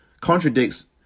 contradicts